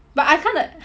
but I kinda